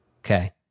Okay